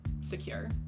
secure